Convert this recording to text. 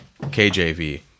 KJV